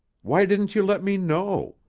why didn't you let me know?